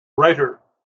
writer